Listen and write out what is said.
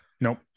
nope